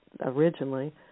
originally